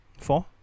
Four